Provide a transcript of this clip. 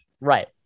Right